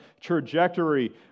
trajectory